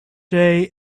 day